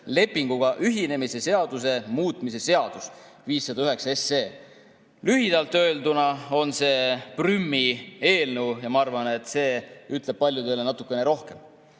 ühinemise seaduse muutmise seaduse eelnõu 509. Lühidalt öelduna on see Prümi eelnõu ja ma arvan, et see ütleb paljudele natukene